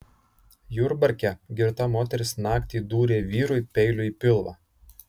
jurbarke girta moteris naktį dūrė vyrui peiliu į pilvą